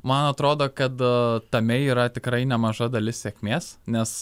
man atrodo kad tame yra tikrai nemaža dalis sėkmės nes